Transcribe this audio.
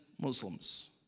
Muslims